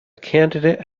candidate